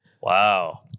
Wow